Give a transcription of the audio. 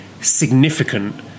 significant